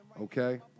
Okay